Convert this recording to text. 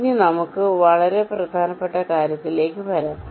ഇനി നമുക്ക് ഈ വളരെ പ്രധാനപ്പെട്ട കാര്യത്തിലേക്ക് വരാം